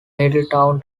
middletown